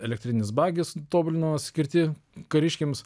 elektrinis bagis tobulino skirti kariškiams